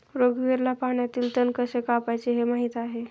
रघुवीरला पाण्यातील तण कसे कापायचे हे माहित आहे